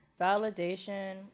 Validation